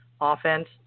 offense